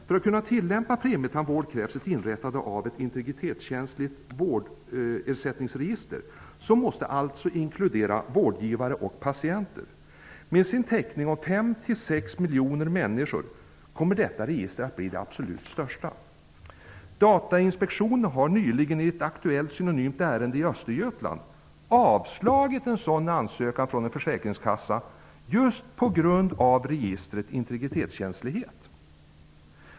För att kunna tillämpa premietandvård krävs ett inrättande av ett integritetskänsligt vårdersättningsregister som måste inkludera vårdgivare och patienter. Med sin täckning av 5--6 miljoner människor kommer detta register att bli det absolut största. Datainspektionen har nyligen i ett aktuellt analogt ärende i Östergötland avslagit en ansökan från en försäkringskassa just på grund av registrets integritetskänslighet.